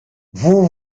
vous